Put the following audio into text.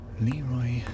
Leroy